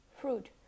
fruit